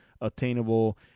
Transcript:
attainable